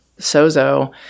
Sozo